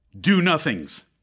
do-nothings